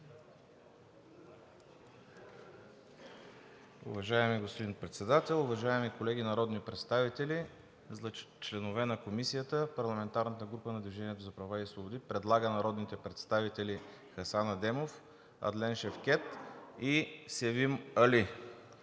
Уважаеми господин Председател, уважаеми колеги народни представители! За членове на Комисията парламентарната група на „Движение за права и свободи“ предлага народните представители Хасан Адемов, Адлен Шевкед и Севим Али,